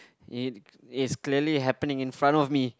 if it's clearly happening in front of me